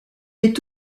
est